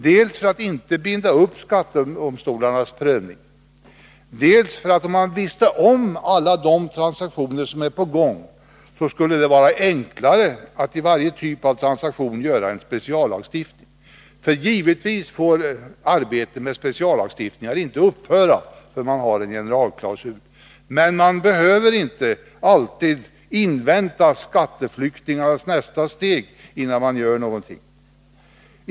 Dels vill man inte binda upp skattedomstolarna i deras prövning, dels skulle det vara enklare med en speciallagstiftning för varje typ av transaktion, om man kände till alla de transaktioner som var på gång. Givetvis får arbetet med speciallagstiftningar inte upphöra bara därför att man har en generalklausul. Men man behöver inte alltid invänta skatteflyktingarnas nästa steg innan man gör någonting.